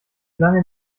lange